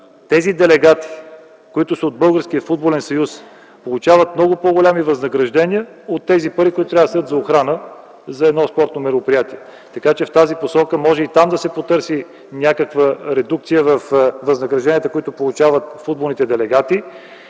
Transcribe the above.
тези делегати, които са от Българския футболен съюз, получават много по-големи възнаграждения от тези пари, които трябва да се дадат за охрана за едно спортно мероприятие. В тази посока може и там да се потърси някаква редукция във възнагражденията, които получават футболните делегати.